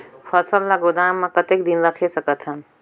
फसल ला गोदाम मां कतेक दिन रखे सकथन?